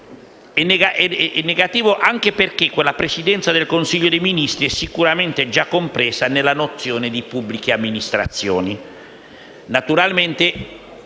1.2, anche perché la Presidenza del Consiglio dei ministri è sicuramente già compresa nella nozione di «pubbliche amministrazioni». Naturalmente,